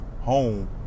home